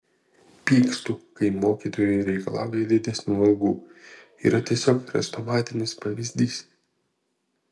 pykstu kai mokytojai reikalauja didesnių algų yra tiesiog chrestomatinis pavyzdys